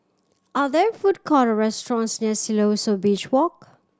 are there food court or restaurants near Siloso Beach Walk